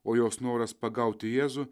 o jos noras pagauti jėzų